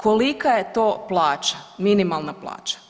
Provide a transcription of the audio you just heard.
Kolika je to plaća, minimalna plaća?